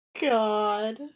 God